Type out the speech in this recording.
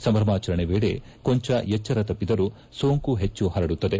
ಸಂಭ್ರಮಾಚರಣೆ ವೇಳೆ ಕೊಂಚ ಎಚ್ಚರ ತಪ್ಪಿದರೂ ಸೋಂಕು ಹೆಚ್ಚು ಪರಡುತ್ತದೆ